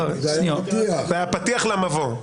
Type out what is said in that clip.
זה היה פתיח למבוא.